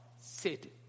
Satan